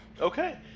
Okay